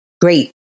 great